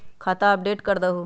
खाता अपडेट करदहु?